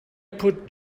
put